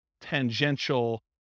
tangential